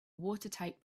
watertight